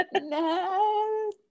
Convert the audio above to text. No